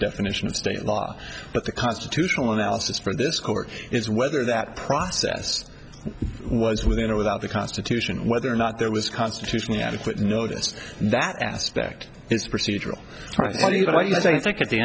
definition of state law but the constitutional analysis for this court is whether that process was within or without the constitution whether or not there was constitutionally adequate notice that aspect it's procedural but i think at the